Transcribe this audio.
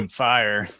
fire